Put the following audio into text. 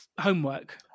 homework